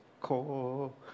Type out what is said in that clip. call